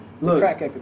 Look